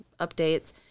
updates